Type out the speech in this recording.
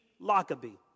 Lockaby